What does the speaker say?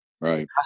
Right